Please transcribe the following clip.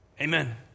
Amen